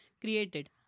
created